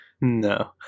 no